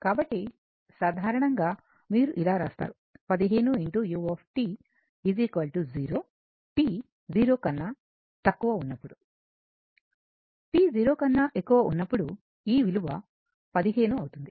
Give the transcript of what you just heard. కాబట్టి సాధారణంగా మీరు ఇలా రాస్తారు 15 u 0 t 0 కన్నా తక్కువ t0 ఉన్నప్పుడు t 0 కన్నా ఎక్కువ t0ఉన్నప్పుడు ఈ విలువ 15 అవుతుంది